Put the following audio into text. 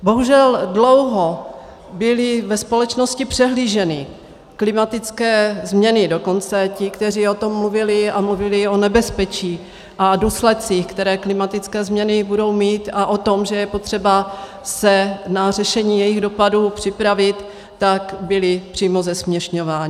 Bohužel dlouho byly ve společnosti přehlíženy klimatické změny, dokonce ti, kteří o tom mluvili a mluvili o nebezpečí a důsledcích, které klimatické změny budou mít, a o tom, že je potřeba se na řešení jejich dopadů připravit, byli přímo zesměšňováni.